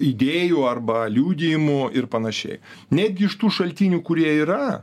idėjų arba liudijimų ir panašiai netgi iš tų šaltinių kurie yra